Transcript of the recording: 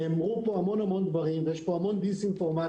נאמרו פה המון דברים ויש פה המון דיסאינפורמציה,